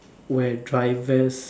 where drivers